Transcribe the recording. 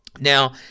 Now